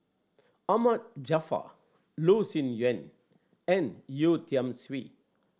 Ahmad Jaafar Loh Sin Yun and Yeo Tiam Siew